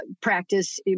practice